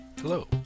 Hello